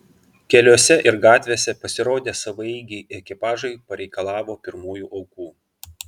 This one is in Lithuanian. keliuose ir gatvėse pasirodę savaeigiai ekipažai pareikalavo pirmųjų aukų